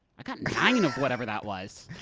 i've got nine of whatever that was.